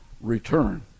return